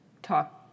talk